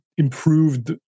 improved